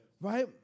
right